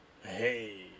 Hey